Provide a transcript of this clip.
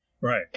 Right